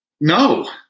no